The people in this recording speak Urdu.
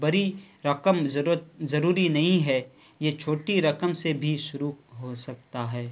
بڑی رقم ضرورت ضروری نہیں ہے یہ چھوٹی رقم سے بھی شروع ہو سکتا ہے